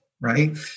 right